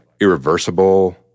irreversible